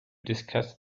discuss